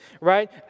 right